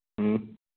ꯎꯝ